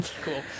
Cool